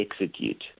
execute